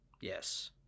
Yes